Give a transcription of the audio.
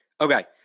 Okay